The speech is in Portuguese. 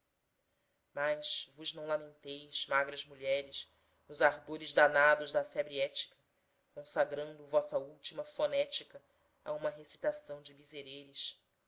mas vos não lamenteis magras mulheres nos ardores danados da febre hética consagrando vossa última fonética a uma recitação de mesereres antes